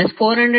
e